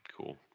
Cool